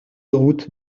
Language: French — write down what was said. route